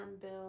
bill